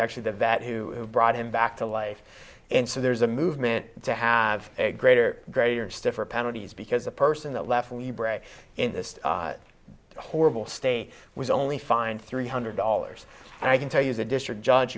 actually the vet who brought him back to life and so there's a movement to have greater greater stiffer penalties because the person that left in the brig in this horrible state was only fined three hundred dollars and i can tell you the district judge